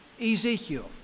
Ezekiel